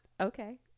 Okay